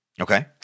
Okay